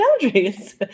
boundaries